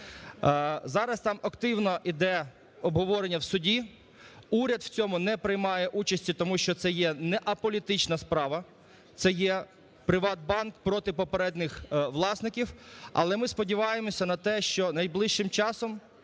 Зараз там активно іде обговорення в суді. Уряд в цьому не приймає участі, тому що це є не аполітична справа, це є "ПриватБанк" проти попередніх власників. Але ми сподіваємося на те, що найближчим часом